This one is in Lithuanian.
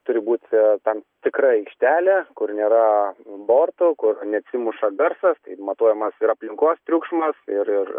turi būt tam tikra aikštelė kur nėra borto kur neatsimuša garsas tai matuojamas ir aplinkos triukšmas ir ir